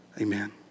Amen